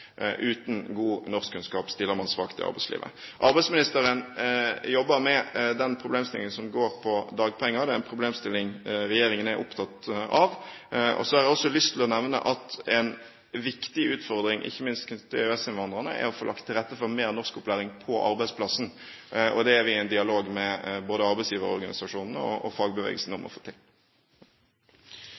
Uten god norskkunnskap stiller man svakt i arbeidslivet. Arbeidsministeren jobber med den problemstillingen som går på dagpenger. Det er en problemstilling regjeringen er opptatt av. Så har jeg også lyst til å nevne at en viktig utfordring, ikke minst knyttet til EØS-innvandrerne, er å få lagt til rette for mer norskopplæring på arbeidsplassen. Det er vi i en dialog med både arbeidsgiverorganisasjonene og fagbevegelsen om å få til.